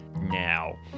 now